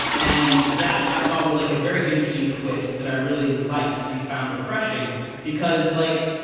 and that, i thought was like a very interesting twist that i really liked and found refreshing because like,